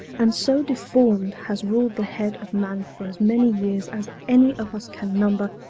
and so deformed has ruled the head of man for as many years as any of us can number,